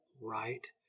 right